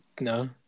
no